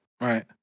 Right